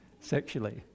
sexually